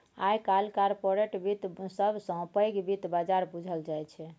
आइ काल्हि कारपोरेट बित्त सबसँ पैघ बित्त बजार बुझल जाइ छै